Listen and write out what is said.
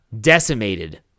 decimated